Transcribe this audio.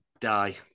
die